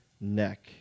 neck